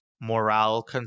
morale